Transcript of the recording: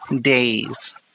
days